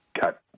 got